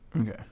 okay